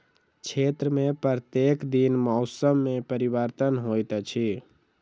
क्षेत्र में प्रत्येक दिन मौसम में परिवर्तन होइत अछि